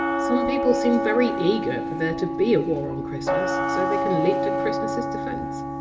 some people seem very eager for there to be a war on christmas so they can leap to christmas's defence.